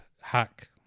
hack